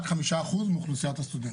רק 5% מאוכלוסיית הסטודנטים.